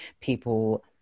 people